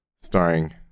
Starring